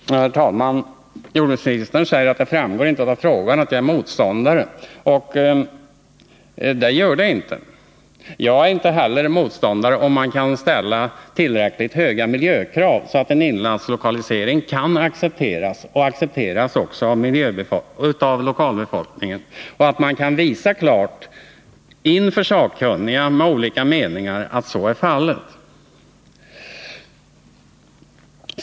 Herr talman! Jordbruksministern säger att det av min fråga inte framgår att jag är motståndare till anläggningen i Norrtorp. Det gör det inte. Jag är heller inte motståndare om en sådan anläggning motsvarar tillräckligt höga miljökrav, så att en inlandslokalisering kan accepteras även av lokalbefolkningen och om man inför sakkunniga med olika meningar klart kan visa att så är fallet.